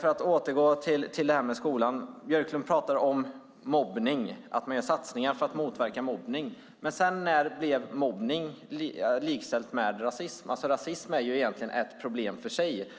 För att återgå till skolan: Björklund pratar om att man gör satsningar för att motverka mobbning. Men när blev mobbning likställd med rasism? Rasism är egentligen ett problem för sig.